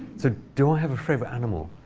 so do i have a favorite animal?